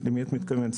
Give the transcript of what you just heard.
למי את מתכוונת?